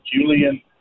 Julian